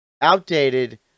outdated